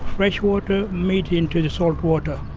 fresh water meet into the salt water.